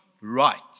right